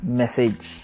message